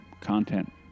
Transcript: content